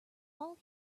all